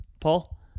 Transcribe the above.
Paul